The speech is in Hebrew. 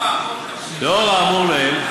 לאור האמור לעיל, תמשיך.